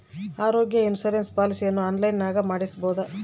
ಆರೋಗ್ಯ ಇನ್ಸುರೆನ್ಸ್ ಪಾಲಿಸಿಯನ್ನು ಆನ್ಲೈನಿನಾಗ ಮಾಡಿಸ್ಬೋದ?